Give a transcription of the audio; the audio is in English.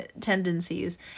tendencies